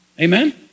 Amen